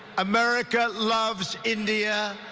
america loves india.